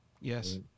Yes